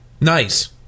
Nice